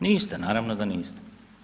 Niste, naravno da niste.